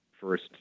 first